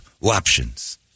options